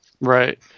Right